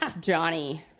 Johnny